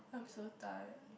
I'm so tired